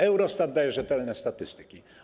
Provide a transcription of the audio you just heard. Eurostat daje rzetelne statystyki.